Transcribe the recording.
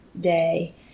day